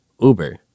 Uber